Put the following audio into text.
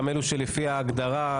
גם אלו שלפי ההגדרה,